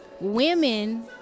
women